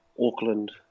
Auckland